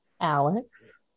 Alex